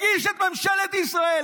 הגיש את ממשלת ישראל,